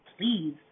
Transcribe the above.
please